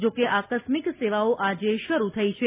જો કે આકસ્મિક સેવાઓ આજે શરૂ થઇ છે